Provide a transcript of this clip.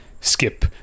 skip